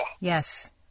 yes